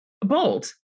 bold